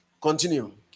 Continue